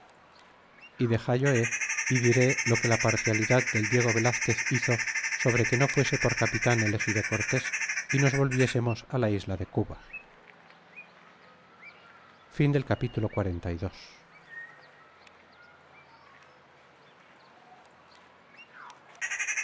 y dexallohe y diré lo que la parcialidad del diego velazquez hizo sobre que no fuese por capitan elegido cortés y nos volviésemos la isla de cuba capitulo